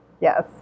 Yes